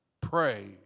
pray